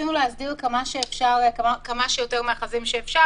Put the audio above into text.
וניסינו להסדיר כמה שיותר מאחזים שאפשר.